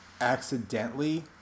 accidentally